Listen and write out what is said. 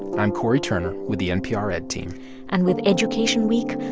i'm cory turner with the npr ed team and with education week,